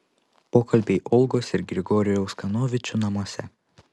pokalbiai olgos ir grigorijaus kanovičių namuose